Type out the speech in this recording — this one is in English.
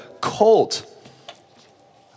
colt